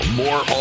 more